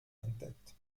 entdeckt